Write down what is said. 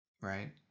Right